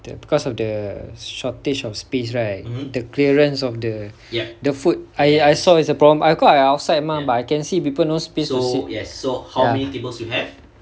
the because of the shortage of space right the clearance of the the food I I saw is a problem aku outside mah but I can see people no space sit ya